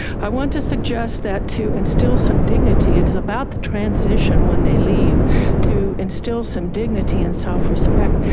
i want to suggest that to instill some dignity at about the transition when they leave to instill some dignity and self respect,